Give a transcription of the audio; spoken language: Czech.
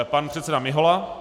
Pan předseda Mihola.